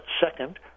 second